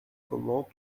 comment